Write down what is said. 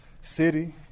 City